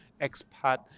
expat